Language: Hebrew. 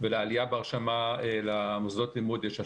ולעלייה בהרשמה למוסדות לימוד יש השפעה,